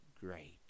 great